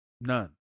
None